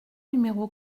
numéro